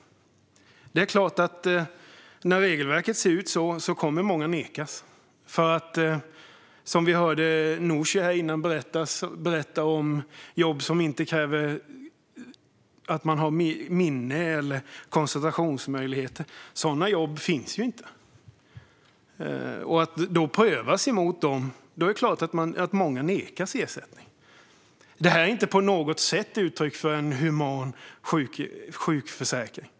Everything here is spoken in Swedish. Det är klart att när regelverket ser ut så kommer många att nekas. Vi hörde här tidigare Nooshi Dadgostar berätta om jobb som inte kräver att man har minne eller koncentrationsmöjligheter. Sådana jobb finns inte. Om människor prövas mot dem är det klart att många nekas ersättning. Det är inte på något sätt ett uttryck för en human sjukförsäkring.